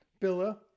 Billa